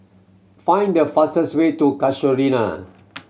find the fastest way to Casuarina